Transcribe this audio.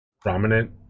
prominent